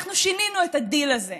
ואנחנו שינינו את הדיל הזה.